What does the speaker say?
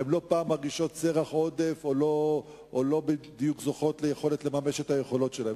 הן לא פעם מרגישות סרח עודף או לא בדיוק זוכות לממש את היכולות שלהן.